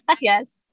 Yes